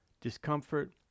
discomfort